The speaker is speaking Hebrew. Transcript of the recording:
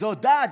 זו דת?